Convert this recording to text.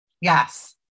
yes